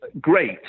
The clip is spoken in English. great